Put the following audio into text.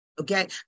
Okay